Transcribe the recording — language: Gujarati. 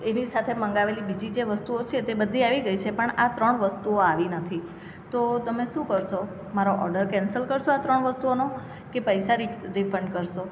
એની સાથે મંગાવેલી બીજી જે વસ્તુઓ છે તે બધી આવી ગઈ છે પણ આ ત્રણ વસ્તુઓ આવી નથી તો તમે શું કરશો મારો ઓર્ડર કેન્સલ કરશો આ ત્રણ વસ્તુઓનો કે પૈસા રિ રિફંડ કરશો